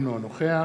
אינו נוכח